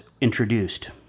introduced